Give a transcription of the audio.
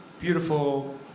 beautiful